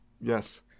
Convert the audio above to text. Yes